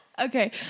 okay